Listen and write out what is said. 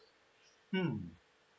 mm